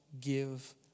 give